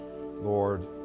Lord